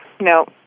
No